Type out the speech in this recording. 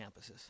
campuses